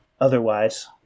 otherwise